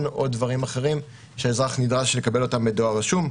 או דברים אחרים שהאזרח נדרש לקבל אותם בדואר רשום,